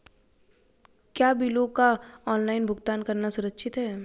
क्या बिलों का ऑनलाइन भुगतान करना सुरक्षित है?